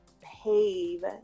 pave